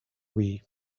wii